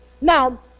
Now